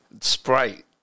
Sprite